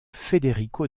federico